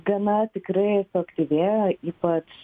gana tikrai suaktyvėjo ypač